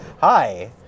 Hi